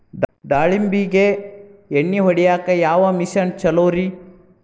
ದಾಳಿಂಬಿಗೆ ಎಣ್ಣಿ ಹೊಡಿಯಾಕ ಯಾವ ಮಿಷನ್ ಛಲೋರಿ?